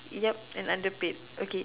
yup and underpaid okay